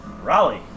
Raleigh